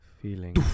feeling